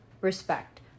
respect